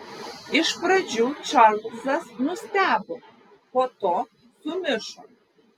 iš pradžių čarlzas nustebo po to sumišo